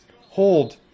Hold